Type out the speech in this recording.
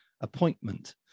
appointment